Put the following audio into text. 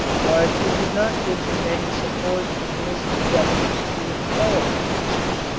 but it did not give him any support in his endeavors to develop the industry,